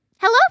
Hello